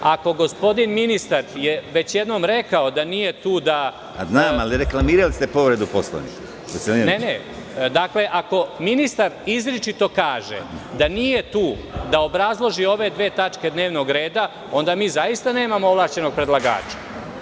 Ako je gospodin ministar već jednom rekao … (Predsedavajući: Reklamirali ste povredu Poslovnika.) … ako ministar izričito kaže da nije tu da obrazloži ove dve tačke dnevnog reda, ona mi zaista nemamo ovlašćenog predlagača.